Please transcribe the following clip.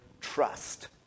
trust